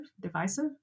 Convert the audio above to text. Divisive